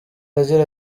agira